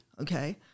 Okay